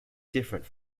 different